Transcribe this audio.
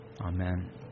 Amen